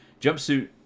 Jumpsuit